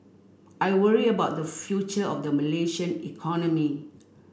I worry about the future of the Malaysian economy